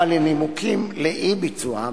או על הנימוקים לאי-ביצועם,